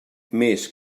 més